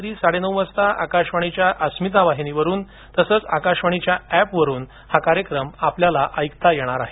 रात्री साडेनऊ वाजता आकाशवाणीच्या अस्मिता वाहिनी वरुन तसेच आकाशवाणीच्या अॅपवरुन हा कार्यक्रम आपल्याला ऐकता येईल